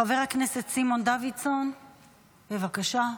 חבר הכנסת סימון דוידסון, בבקשה.